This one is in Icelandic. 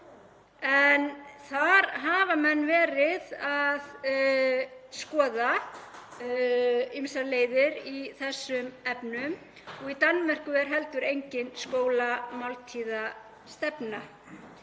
en þar hafa menn verið að skoða ýmsar leiðir í þessum efnum og í Danmörku er heldur engin skólamáltíðastefna.